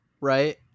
right